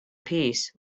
piece